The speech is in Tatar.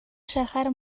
шәһәр